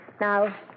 Now